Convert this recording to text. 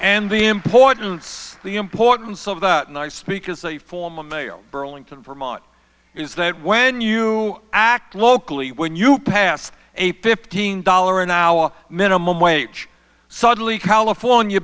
and the importance the importance of that and i speak as a form of burlington vermont is that when you act locally when you pass a fifteen dollar an hour minimum wage suddenly california